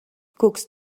guckst